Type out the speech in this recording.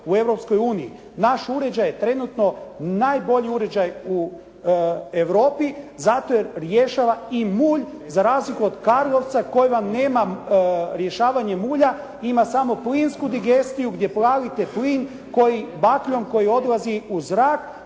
Naš uređaj je trenutno najbolji uređaj u Europi zato jer rješava i mulj za razliku od Karlovca koji vam nema rješavanje mulja, ima samo plinsku digestiju gdje plavite plin bakljom koji odlazi u zrak,